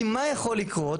כי מה יכול לקרות?